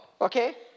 Okay